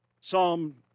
Psalm